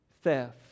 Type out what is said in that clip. theft